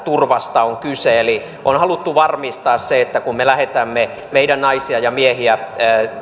turvasta on kyse eli on haluttu varmistaa se että kun me lähetämme meidän naisia ja miehiä